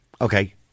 Okay